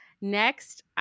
Next